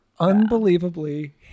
Unbelievably